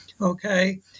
Okay